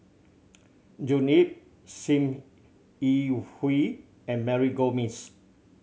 June Yap Sim Yi Hui and Mary Gomes